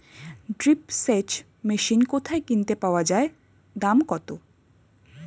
Drip সেচ machine কোথায় কিনতে পাওয়া যায় দাম কত?